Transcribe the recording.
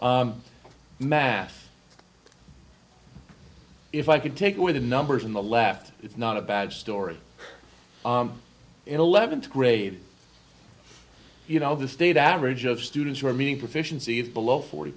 math if i could take away the numbers on the left it's not a bad story eleventh grade you know the state average of students who are meeting proficiency is below forty